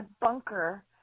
bunker